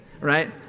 right